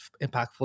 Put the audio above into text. impactful